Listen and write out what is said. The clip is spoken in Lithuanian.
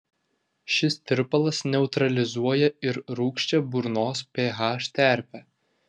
šis tirpalas neutralizuoja ir rūgščią burnos ph terpę